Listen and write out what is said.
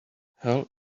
hell